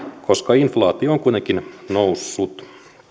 koska inf laatio on kuitenkin noussut